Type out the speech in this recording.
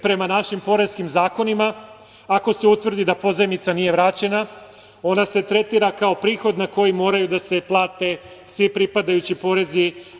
Prema našim poreskim zakonima, ako se utvrdi da pozajmica nije vraćena, ona se tretira kao prihod na koji moraju da se plate svi pripadajući porezi.